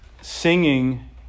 singing